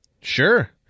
Sure